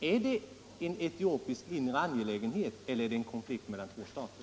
Är det en etiopisk inre angelägenhet eller är det en konflikt mellan två stater?